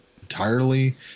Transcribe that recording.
entirely